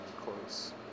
close